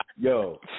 Yo